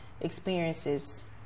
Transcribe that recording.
experiences